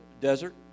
desert